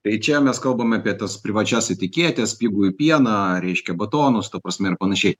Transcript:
tai čia mes kalbam apie tas privačias etiketes pigų pieną reiškia batonus ta prasme ir panašiai